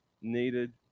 needed